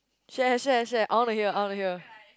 share share share I wanna hear wanna hear